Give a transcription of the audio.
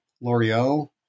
L'Oreal